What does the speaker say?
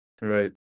Right